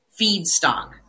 feedstock